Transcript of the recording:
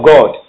God